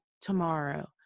tomorrow